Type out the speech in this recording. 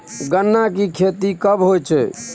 गन्ना की खेती कब होय छै?